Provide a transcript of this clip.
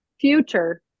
future